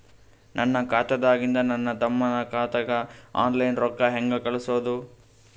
ನನ್ನ ಖಾತಾದಾಗಿಂದ ನನ್ನ ತಮ್ಮನ ಖಾತಾಗ ಆನ್ಲೈನ್ ರೊಕ್ಕ ಹೇಂಗ ಕಳಸೋದು?